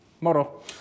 moro